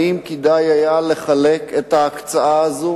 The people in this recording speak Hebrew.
האם כדאי היה לחלק את ההקצאה הזו